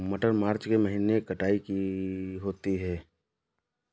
मटर मार्च के महीने कटाई होती है?